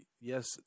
Yes